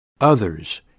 others